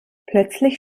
plötzlich